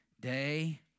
day